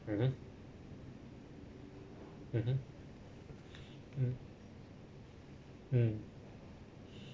mmhmm mmhmm mm mm